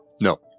No